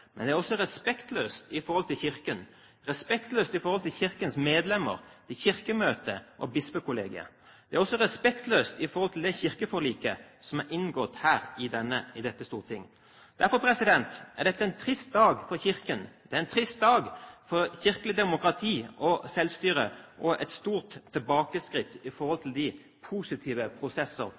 men det er også respektløst overfor Kirken, respektløst overfor Kirkens medlemmer, Kirkemøtet og bispekollegiet. Det er også respektløst overfor det kirkeforliket som er inngått her i dette storting. Derfor er dette en trist dag for Kirken, det er en trist dag for kirkelig demokrati og selvstyre og et stort tilbakeskritt når det gjelder de positive prosesser